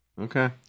Okay